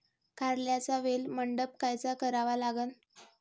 कारल्याचा वेल मंडप कायचा करावा लागन?